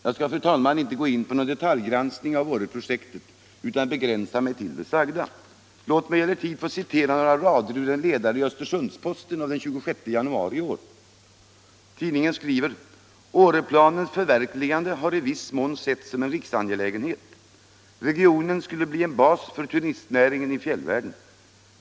Jag skall, fru talman, inte gå in på någon detaljgranskning av Åreprojektet utan begränsa mig till det sagda. Låt mig emellertid få citera några rader ur en ledare i Östersunds-Posten av den 26 januari i år. Tidningen skriver: ”Åre-planens förverkligande har i viss mån setts som en riksangelägenhet. Regionen skulle bli en bas för turistnäringen i fjällvärlden.